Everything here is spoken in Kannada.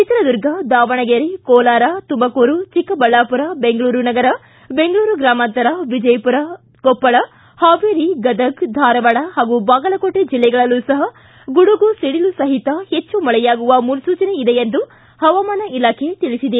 ಚಿತ್ರದುರ್ಗ ದಾವಣಗೆರೆ ಕೋಲಾರ ತುಮಕೂರು ಚಿಕ್ಕಬಳ್ಳಾಪುರ ಬೆಂಗಳೂರು ನಗರ ಬೆಂಗಳೂರು ಗ್ರಾಮಾಂತರ ವಿಜಯಮರ ಕೊಪ್ಪಳ ಪಾವೇರಿ ಗದಗ್ ಧಾರವಾಡ ಪಾಗೂ ಬಾಗಲಕೋಟೆ ಜಿಲ್ಲೆಗಳಲ್ಲೂ ಸಪ ಗುಡುಗು ಸಿಡಿಲು ಸಹಿತ ಹೆಚ್ಚು ಮಳೆಯಾಗುವ ಮುನ್ಸೂಚನೆ ಇದೆ ಎಂದು ಪವಾಮಾನ ಇಲಾಖೆ ತಿಳಿಸಿದೆ